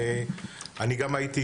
אני גם הייתי